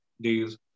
days